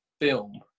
film